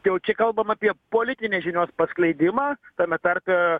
jau čia kalbam apie politinės žinios paskleidimą tame tarpe